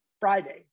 Friday